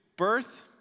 birth